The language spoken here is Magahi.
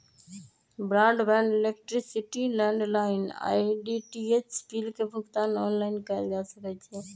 ब्रॉडबैंड, इलेक्ट्रिसिटी, लैंडलाइन आऽ डी.टी.एच बिल के भुगतान ऑनलाइन कएल जा सकइ छै